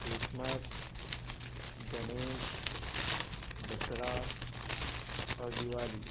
Christmas Ganesh Dussehra اور دیوالی